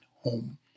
home